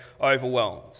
overwhelmed